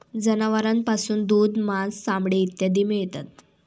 जनावरांपासून दूध, मांस, चामडे इत्यादी मिळतात